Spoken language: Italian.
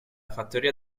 fattoria